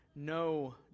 No